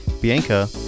Bianca